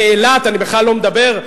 באילת אני בכלל לא מדבר.